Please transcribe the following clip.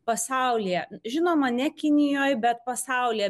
pasaulyje žinoma ne kinijoje bet pasaulyje